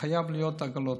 חייבות להיות עגלות.